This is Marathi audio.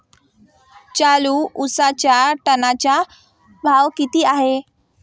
चालू उसाचा टनाचा भाव किती आहे?